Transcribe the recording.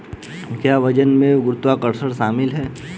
क्या वजन में गुरुत्वाकर्षण शामिल है?